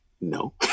no